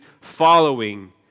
following